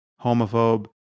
homophobe